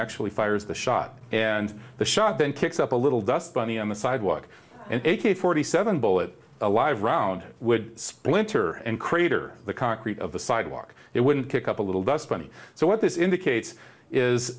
actually fires the shot and the shot then kicks up a little dust bunny on the sidewalk and a k forty seven bullet a live round would spray enter and crater the concrete of the sidewalk it wouldn't pick up a little dust bunny so what this indicates is